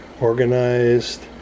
organized